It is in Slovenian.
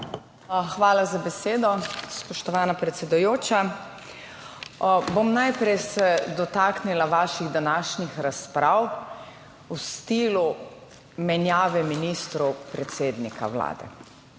Hvala za besedo, spoštovana predsedujoča. Najprej se bom dotaknila vaših današnjih razprav v stilu menjave ministrov predsednika Vlade.